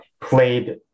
played